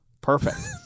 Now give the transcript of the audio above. Perfect